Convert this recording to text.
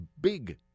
big